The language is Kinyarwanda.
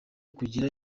kugira